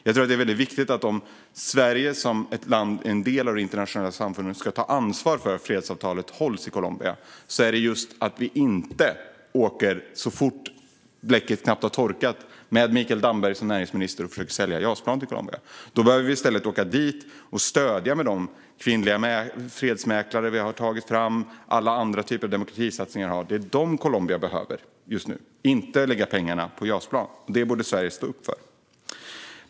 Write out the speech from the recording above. Jag tror att om Sverige som en del av det internationella samfundet ska ta ansvar för att fredsavtalet i Colombia hålls är det viktigt att vi inte så fort bläcket torkat låter näringsminister Mikael Damberg åka till Colombia och försöka sälja JAS-plan. Vi behöver i stället åka dit och stödja de kvinnliga fredsmäklare vi tagit fram och alla andra typer av demokratisatsningar. Det är det Colombia behöver just nu, inte att lägga pengarna på JAS-plan. Det borde Sverige stå upp för.